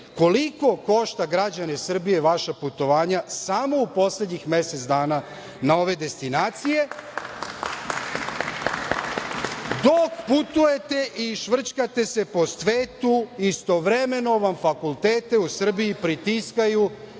Koliko koštaju građane Srbije vaša putovanja samo u poslednjih mesec dana na ove destinacije? Dok putujete i švrćkate se po svetu, istovremeno vam fakultete u Srbiji pritiskaju